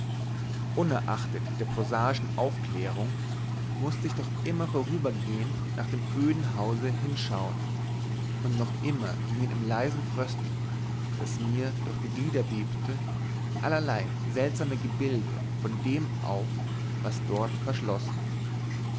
unerachtet der prosaischen aufklärung mußte ich doch noch immer vorübergehend nach dem öden hause hinschauen und noch immer gingen im leisen frösteln das mir durch die glieder bebte allerlei seltsame gebilde von dem auf was dort verschlossen